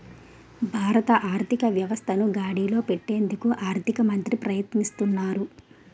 భారత ఆర్థిక వ్యవస్థను గాడిలో పెట్టేందుకు ఆర్థిక మంత్రి ప్రయత్నిస్తారు